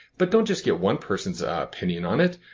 but don't just get one person's opinion on it.